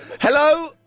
Hello